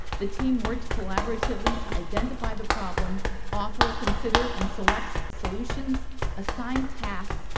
the team worked collaboratively to identify the problem offer, consider, and select solutions assign tasks,